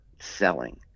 selling